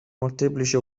molteplici